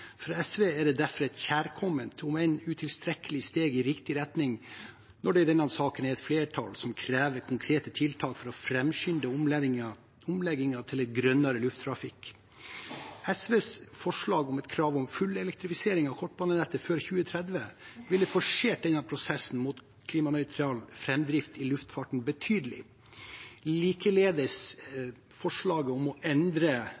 For SV er det derfor et kjærkomment, om enn utilstrekkelig, steg i riktig retning når det i denne saken er et flertall som krever konkrete tiltak for å framskynde omleggingen til en grønnere lufttrafikk. SVs forslag om krav om fullelektrifisering av kortbanenettet før 2030 ville forsert prosessen mot klimanøytral framdrift i luftfarten betydelig. Likeledes forslaget om å endre